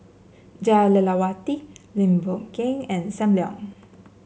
Jah Lelawati Lim Boon Keng and Sam Leong